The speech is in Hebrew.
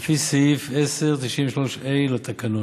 לפי סעיף 93(ה) לתקנון.